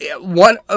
one